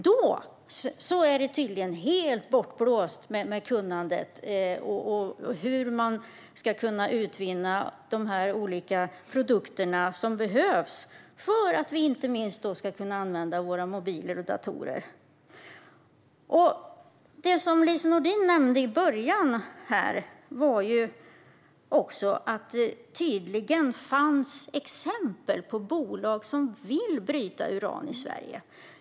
Då verkar kunnandet helt vara bortblåst om hur man utvinner de olika produkter som behövs för att vi inte minst ska kunna använda våra mobiler och datorer. Det Lise Nordin nämnde i början var att det tydligen finns exempel på bolag som vill bryta uran i Sverige.